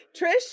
Trish